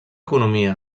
economia